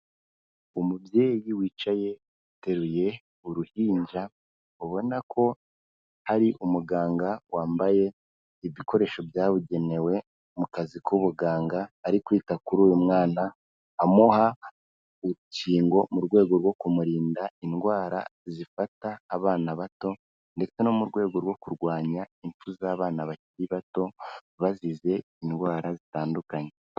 Umubyeyi wicaye uteruye uruhinja ubona ko hari umuganga wambaye ibikoresho byabugenewe mu kazi k'ubuganga ari kwita kuri uyu mwana amuha urukingo mu rwego rwo kumurinda indwara zifata abana bato ndetse no mu rwego rwo kurwanya impfu z'abana bakiri bato bazize indwara zitandukanye.